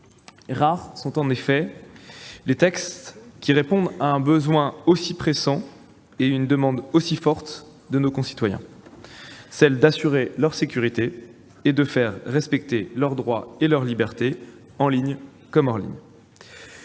Rares sont en effet les textes qui répondent à un besoin aussi pressant et à une demande aussi forte de nos concitoyens, celle d'assurer leur sécurité et de faire respecter leurs droits et leurs libertés, en ligne comme hors ligne.